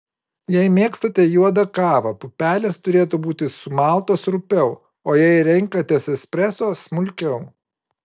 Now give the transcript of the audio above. jei mėgstate juodą kavą pupelės turėtų būti sumaltos rupiau o jei renkatės espreso smulkiau